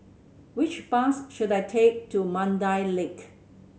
which bus should I take to Mandai Lake